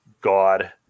god